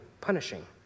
punishing